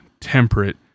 temperate